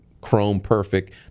chrome-perfect